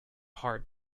heart